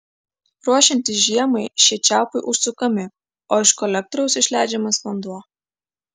ruošiantis žiemai šie čiaupai užsukami o iš kolektoriaus išleidžiamas vanduo